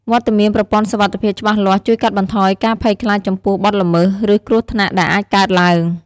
វត្តមានប្រព័ន្ធសុវត្ថិភាពច្បាស់លាស់ជួយកាត់បន្ថយការភ័យខ្លាចចំពោះបទល្មើស ឬគ្រោះថ្នាក់ដែលអាចកើតឡើង។